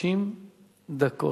60 דקות.